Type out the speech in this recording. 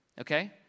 Okay